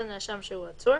של נאשם שהוא עצור,